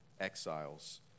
exiles